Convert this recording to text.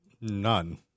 None